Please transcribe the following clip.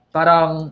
Parang